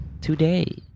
today